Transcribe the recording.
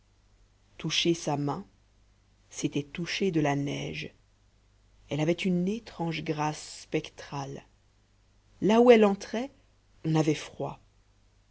toucher sa main c'était toucher de la neige elle avait une étrange grâce spectrale là où elle entrait on avait froid